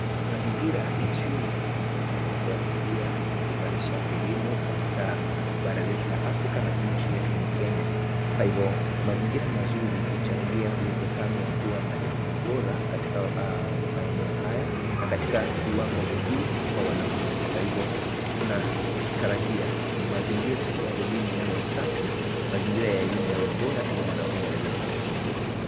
Mazingira ya shule ni mojawapo ya njia ya kuimarisha elimu katika bara letu la Afrika na nchi yetu ya Kenya, kwa hivo mazingira mazuri huchangia uwezekano wa kuwa na elimu bora katika maeneo haya, na katika viwango vya juu kwa wanafunzi, kwa hivo tunatarajia mazingira ya elimu yawe safi, mazingira ya elimu yawe bora ili mwanafunzi aweze kufanya vizuri.